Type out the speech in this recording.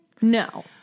No